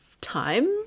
time